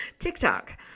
tiktok